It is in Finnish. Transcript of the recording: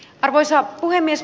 arvoisa puhemies